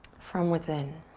from within.